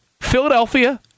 Philadelphia